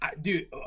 Dude